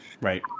Right